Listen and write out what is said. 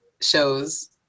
shows